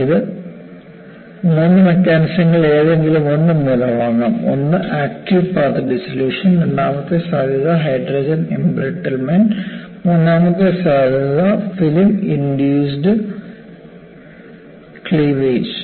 ഇത് 3 മെക്കാനിസങ്ങളിൽ ഏതെങ്കിലും ഒന്ന് മൂലമാകാം ഒന്ന് ആക്ടീവ് പാത്ത് ഡിസൊലൂഷൻ രണ്ടാമത്തെ സാധ്യത ഹൈഡ്രജൻ എംബ്രിട്ടിൽമെൻറ് മൂന്നാമത്തെ സാധ്യത ഫിലിം ഇൻഡ്യൂസ്ഡ് ക്ലീവേജ്